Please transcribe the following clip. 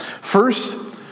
First